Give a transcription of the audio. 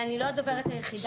אני אתחיל ואני אציג את עצמי.